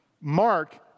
Mark